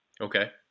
Okay